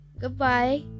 Goodbye